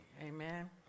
amen